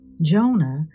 Jonah